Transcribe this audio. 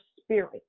spirit